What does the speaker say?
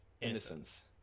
Innocence